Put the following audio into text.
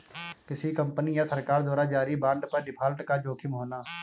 किसी कंपनी या सरकार द्वारा जारी बांड पर डिफ़ॉल्ट का जोखिम होना